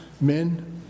Men